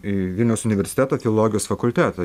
į vilniaus universitetą filologijos fakultetą